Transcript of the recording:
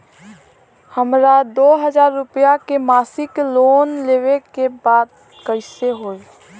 हमरा दो हज़ार रुपया के मासिक लोन लेवे के बा कइसे होई?